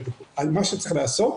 מה שצריך לעשות,